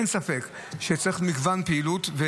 אין ספק שצריך מגוון פעילות.